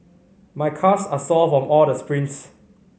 my calves are sore from all the sprints